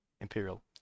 Imperial